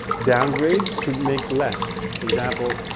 downgrade to make less, for example,